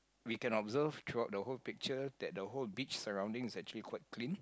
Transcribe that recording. we can observe throughout the whole picture that the whole beach surrounding is actually quite clean